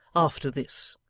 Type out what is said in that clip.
after this